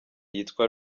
yitwa